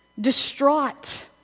distraught